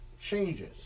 changes